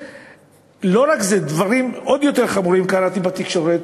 לא רק זה, דברים עוד יותר חמורים קראתי בתקשורת.